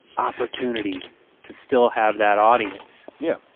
opportunity to still have that audience. yeah.